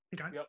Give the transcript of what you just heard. okay